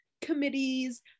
committees